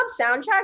soundtrack